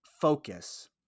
focus